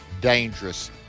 dangerous